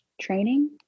Training